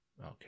okay